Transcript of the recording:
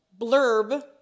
blurb